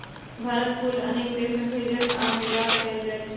भारतक फूल अनेक देश मे भेजल या निर्यात कैल जाइ छै